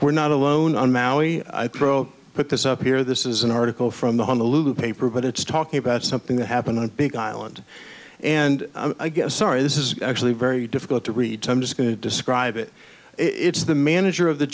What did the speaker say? we're not alone on maui pro put this up here this is an article from the honolulu paper but it's talking about something that happened on a big island and i guess sorry this is actually very difficult to read i'm just going to describe it it's the manager of the